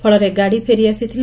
ଫଳରେ ଗାଡ଼ି ଫେରିଆସିଥିଲା